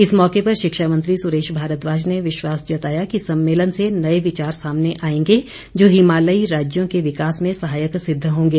इस मौके पर शिक्षा मंत्री सुरेश भारद्वाज ने विश्वास जताया कि सम्मेलन से नए विचार सामने आएंगे जो हिमालयी राज्यों के विकास में सहायक सिद्ध होंगे